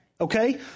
Okay